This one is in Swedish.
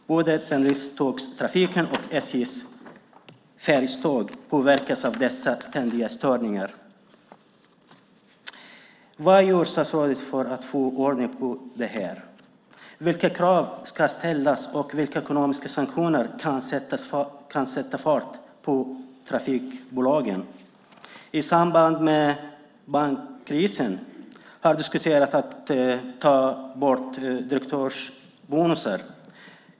Både pendeltågstrafiken och SJ:s fjärrtåg påverkas av dessa ständiga störningar. Vad gör statsrådet för att få ordning på detta? Vilka krav ska ställas? Vilka ekonomiska sanktioner kan sätta fart på trafikbolagen? I samband med bankkrisen har det diskuterats att ta bort direktörsbonusar.